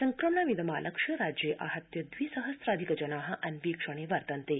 संक्रमणामिदमालक्ष्य राज्ये आहत्य द्वि सहस्राधिक जना अन्वीक्षणे वर्तन्ते